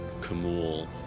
Kamul